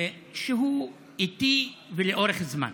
שהוא איטי ולאורך זמן.